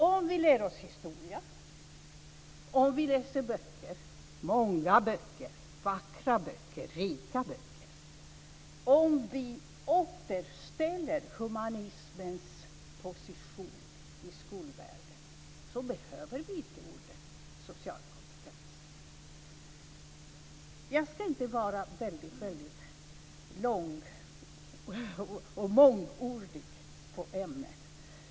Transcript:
Om vi lär oss historia, om vi läser böcker - många böcker, vackra böcker, rika böcker - och om vi återställer humanismens position i skolvärlden behöver vi inte orden social kompetens. Jag ska inte vara så mångordig i ämnet.